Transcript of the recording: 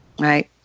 Right